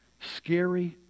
Scary